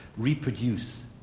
reproduce,